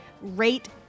rate